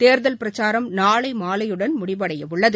தேர்தல் பிரச்சாரம் நாளைமாலையுடன் முடிவடையவுள்ளது